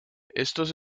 estos